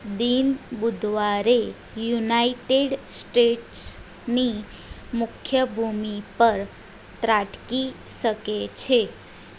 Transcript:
દિન બુધવારે યુનાઈટેડ સ્ટેટ્સની મુખ્ય ભૂમિ પર ત્રાટકી શકે છે